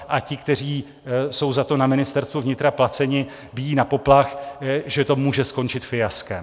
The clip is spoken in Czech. A ti, kteří jsou za to na Ministerstvu vnitra placeni, bijí na poplach, že to může skončit fiaskem.